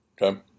Okay